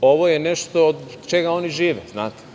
ovo je nešto od čega oni žive, znate?